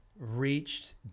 reached